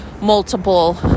multiple